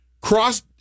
Cross